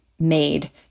made